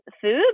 food